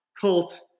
cult